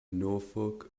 norfolk